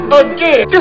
again